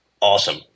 Awesome